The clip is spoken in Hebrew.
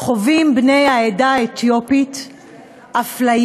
חווים בני העדה האתיופית אפליה,